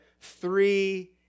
three